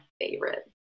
favorite